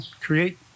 create